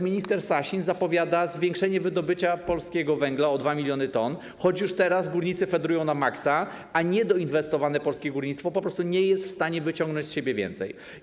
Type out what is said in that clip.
Minister Sasin zapowiada zwiększenie wydobycia polskiego węgla o 2 mln t, choć już teraz górnicy fedrują na maksa, a niedoinwestowane polskie górnictwo po prostu nie jest w stanie wyciągnąć z siebie więcej.